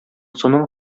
суның